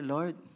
Lord